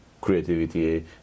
creativity